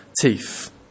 teeth